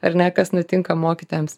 ar ne kas nutinka mokytojams